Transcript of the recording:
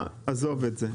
עזוב את זה.